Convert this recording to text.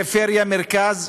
דתיים, פריפריה ומרכז.